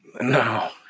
No